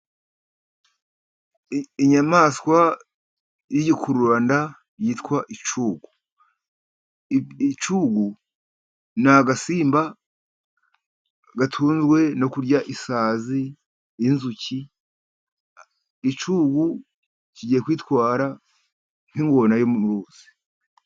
Inyamaswa y'igikururanda yitwa icugu, icugu ni agasimba gatunzwe no kurya isazi n'inzuki, icugu kigiye kwitwara nk'ingona yo mu ruzi.